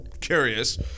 curious